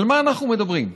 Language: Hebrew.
על מה אנחנו מדברים?